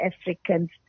Africans